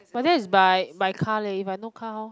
but that is by by car leh if I no car how